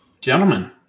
Gentlemen